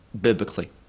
biblically